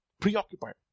preoccupied